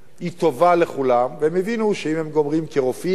היא טובה לכולם, והם הבינו שאם הם גומרים כרופאים,